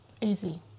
Easy